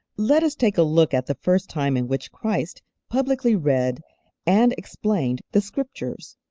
let us take a look at the first time in which christ publicly read and explained the scriptures.